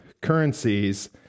currencies